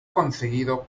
conseguido